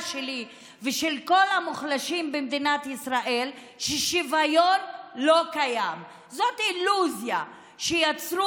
שלי ושל כל המוחלשים במדינת ישראל שזאת אילוזיה שיצרו